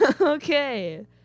Okay